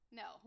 no